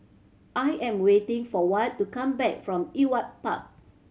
I am waiting for Watt to come back from Ewart Park